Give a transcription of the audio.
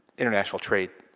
international trade,